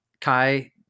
Kai